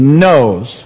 knows